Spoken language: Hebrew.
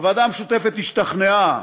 הוועדה המשותפת השתכנעה